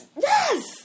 yes